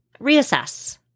reassess